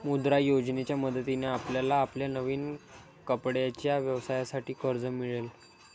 मुद्रा योजनेच्या मदतीने आपल्याला आपल्या नवीन कपड्यांच्या व्यवसायासाठी कर्ज मिळेल